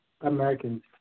Americans